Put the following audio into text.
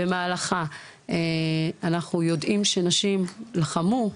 במהלכה אנחנו יודעים שנשים לחמו,